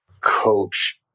coach